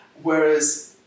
whereas